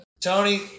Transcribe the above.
Tony